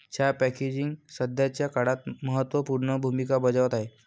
चहा पॅकेजिंग सध्याच्या काळात महत्त्व पूर्ण भूमिका बजावत आहे